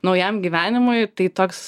naujam gyvenimui tai toks